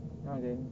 now then